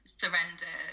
surrender